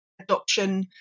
adoption